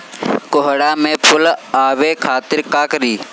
कोहड़ा में फुल आवे खातिर का करी?